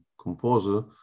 composer